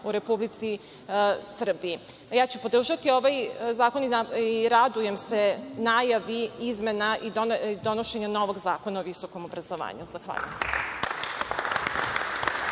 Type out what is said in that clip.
u Republici Srbiji. Ja ću podržati ovaj zakon i radujem se najavi izmena i donošenja novog Zakona o visokom obrazovanju. Zahvaljujem